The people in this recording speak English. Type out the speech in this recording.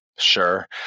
Sure